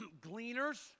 Gleaners